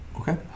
okay